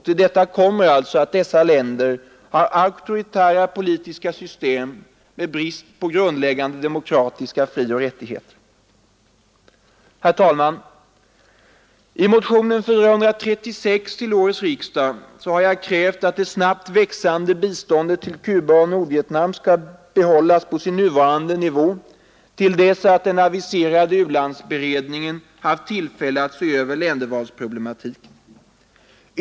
Till detta kommer att dessa länder har auktoritära politiska system med brist på grundläggande demokratiska frioch rättigheter. Herr talman! I motionen 436 till årets riksdag har jag krävt att det snabbt växande biståndet till Cuba och Nordvietnam skall behållas på sin nuvarande nivå till dess att den aviserade u-landsberedningen haft tillfälle att se över ländervalsproblematiken.